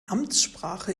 amtssprache